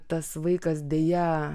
tas vaikas deja